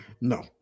No